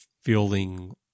feeling